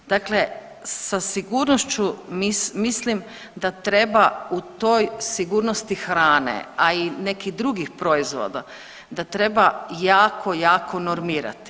Dakle, sa sigurnošću mislim da treba u toj sigurnosti hrane, a i nekih drugih proizvoda da treba jako, jako normirati.